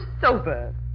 sober